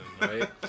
right